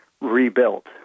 rebuilt